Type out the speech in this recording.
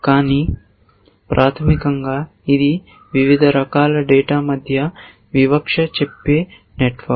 కానీ ప్రాథమికంగా ఇది వివిధ రకాల డేటా మధ్య వివక్ష చూపే నెట్వర్క్